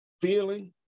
feeling